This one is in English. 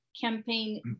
campaign